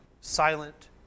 silent